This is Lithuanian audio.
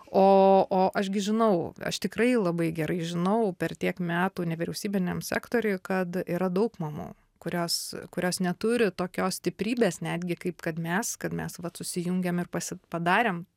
o o aš gi žinau aš tikrai labai gerai žinau per tiek metų nevyriausybiniam sektoriui kad yra daug mamų kurios kurios neturi tokios stiprybės netgi kaip kad mes kad mes vat susijungiam ir pasi padarėm